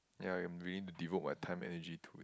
ya I am willing to devote my time and energy to it